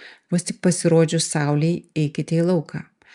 vos tik pasirodžius saulei eikite į lauką